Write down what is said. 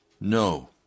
No